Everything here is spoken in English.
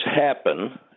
happen